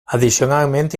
addicionalment